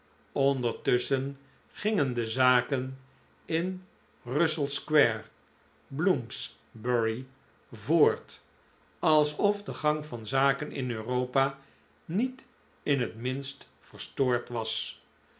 ondertusschen gingen de zaken in russell square bloomsbury voort alsof de gang van zaken in europa niet in het minst verstoord was